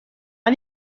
این